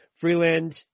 Freeland